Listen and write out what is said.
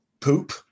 poop